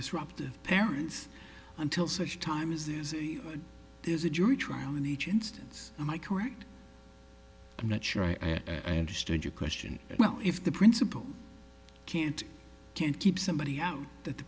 disruptive parents until such time as this there's a jury trial in each instance and i correct i'm not sure i at least and your question well if the principal can't can't keep somebody out that the